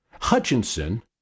Hutchinson